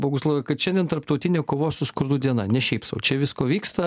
boguslavai kad šiandien tarptautinė kovos su skurdu diena ne šiaip sau čia visko vyksta